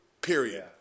period